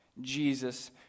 Jesus